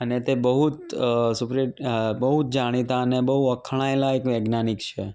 અને તે બહુ જ શું કહેવાય બહુ જ જાણીતા અને બહુ વખણાયેલા એક વૈજ્ઞાનિક છે